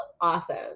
awesome